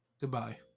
Goodbye